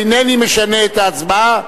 אינני משנה את ההצבעה,